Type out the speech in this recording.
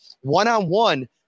one-on-one